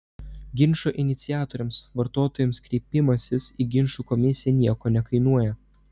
ginčo iniciatoriams vartotojams kreipimasis į ginčų komisiją nieko nekainuoja